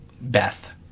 Beth